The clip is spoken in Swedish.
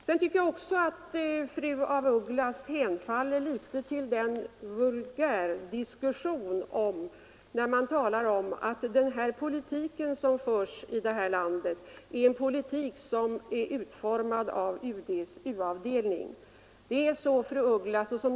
Sedan tycker jag att fru af Ugglas hemfaller något åt den vulgär 47 diskussion som säger att den biståndspolitik som förs här i landet är utformad av UD:s u-avdelning.